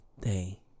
day